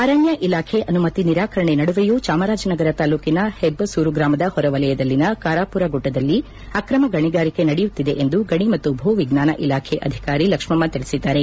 ಅರಣ್ಯ ಇಲಾಖೆ ಅನುಮತಿ ನಿರಾಕರಣೆ ನಡುವೆಯೂ ಚಾಮರಾಜನಗರ ತಾಲ್ಲೂಕಿನ ಹೆಬ್ಬಸೂರು ಗ್ರಾಮದ ಹೊರವಲಯದಲ್ಲಿನ ಕಾರಾಪುರ ಗುಡ್ಡದಲ್ಲಿ ಅಕ್ರಮ ಗಣಿಗಾರಿಕೆ ನಡೆಯುತ್ತಿದೆ ಎಂದು ಗಣಿ ಮತ್ತು ಭೂ ವಿಜ್ಞಾನ ಇಲಾಖೆ ಅಧಿಕಾರಿ ಲಕ್ಷ್ಮಮ ತಿಳಿಸಿದ್ದಾರೆ